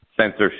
censorship